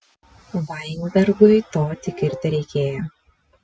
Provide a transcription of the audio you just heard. vainbergui to tik ir tereikėjo